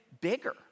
bigger